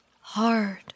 hard